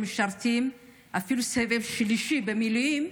שמשרתים אפילו בסבב שלישי במילואים,